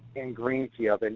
in greenfield. and